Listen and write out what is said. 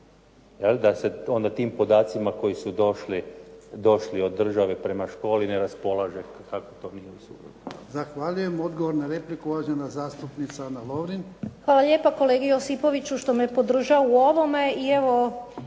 Da se onda tim podacima koji su došli od države prema školi ne raspolaže kako … /Govornik